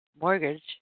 mortgage